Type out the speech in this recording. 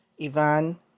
Ivan